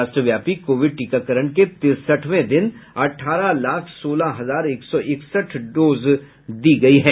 राष्ट्रव्यापी कोविड टीकाकरण के तिरसठवें दिन अठारह लाख सोलह हजार एक सौ इकसठ डोज दी जा चुकी है